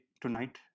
tonight